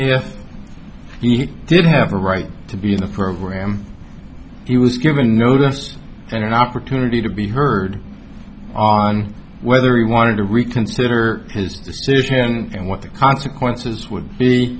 he did have a right to be in the program he was given notice and an opportunity to be heard on whether he wanted to reconsider his decision and what the consequences would be